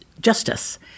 justice